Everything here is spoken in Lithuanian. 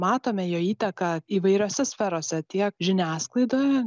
matome jo įtaką įvairiose sferose tiek žiniasklaidoje